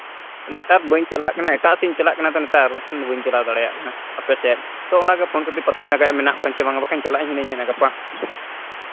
ᱱᱮᱛᱟᱨ ᱵᱟᱹᱧ ᱪᱟᱞᱟᱜ ᱠᱟᱱᱟ ᱮᱴᱟᱜ ᱥᱮᱫ ᱤᱧ ᱪᱟᱞᱟᱜ ᱠᱟᱱᱟ ᱛᱚ ᱱᱮᱛᱟᱨ ᱵᱟᱠᱷᱟᱱ ᱫᱚ ᱵᱟᱹᱧ ᱪᱟᱞᱟᱣ ᱫᱟᱲᱨᱭᱟᱜ ᱠᱟᱱᱟ ᱟᱯᱮ ᱥᱮᱫ ᱛᱳ ᱚᱱᱟᱜᱮ ᱯᱷᱳᱱ ᱠᱟᱛᱮᱫ ᱯᱟᱛᱟᱧ ᱞᱟᱜᱟᱣᱮᱫᱼᱟ ᱢᱮᱱᱟᱜ ᱠᱚᱣᱟ ᱥᱮ ᱵᱟᱝᱟ ᱵᱟᱠᱷᱟᱱ ᱪᱟᱞᱟᱜ ᱟᱹᱧ ᱢᱮᱱᱮᱫᱼᱟ ᱜᱟᱯᱟ